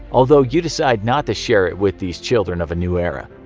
although you decide not to share it with these children of a new era.